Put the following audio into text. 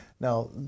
Now